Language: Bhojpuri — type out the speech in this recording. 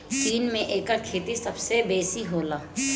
चीन में एकर खेती सबसे बेसी होला